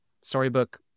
Storybook